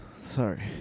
sorry